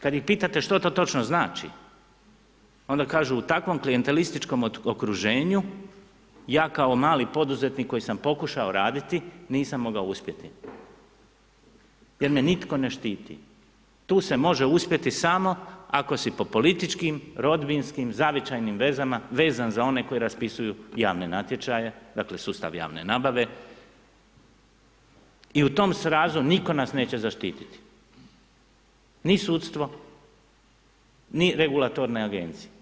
Kad ih pitate što to točno znači, onda kažu u takvom klijentelističkom okruženju ja kao mali poduzetnik koji sam pokušao raditi nisam mogao uspjeti jer me nitko ne štiti, tu se može uspjeti samo ako si po političkim, rodbinskim, zavičajnim vezama vezan za one koji raspisuju javne natječaje, dakle sustav javne nabave i u tom srazu nitko nas neće zaštititi, ni sudstvo, ni regulatorne agencije.